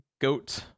goat